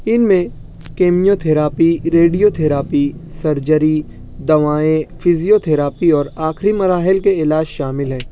ان میں chemotherapy radiotherapy surgery دوائیں physiotherapy اور آخری مراحل کے علاج شامل ہیں